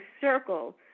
circle